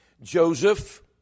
Joseph